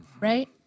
right